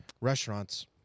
restaurants